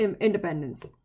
independence